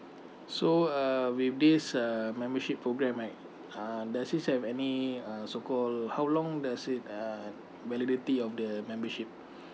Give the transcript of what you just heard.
so uh with this uh membership program right uh does this have any uh so called how long does it uh validity of the membership